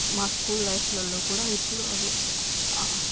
మా స్కూల్ లైఫ్లల్లో కూడా ఎప్పుడూ అవే